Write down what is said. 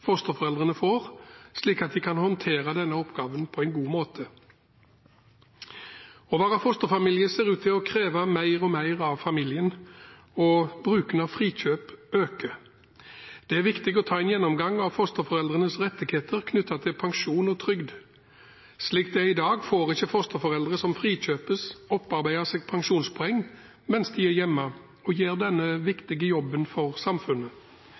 fosterforeldrene får, slik at de kan håndtere denne oppgaven på en god måte. Å være fosterfamilie ser ut til å kreve mer og mer av familien, og bruken av frikjøp øker. Det er viktig å ta en gjennomgang av fosterforeldrenes rettigheter knyttet til pensjon og trygd. Slik det er i dag, får ikke fosterforeldre som frikjøpes, opparbeide seg pensjonspoeng mens de er hjemme og gjør denne viktige jobben for samfunnet.